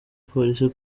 polisi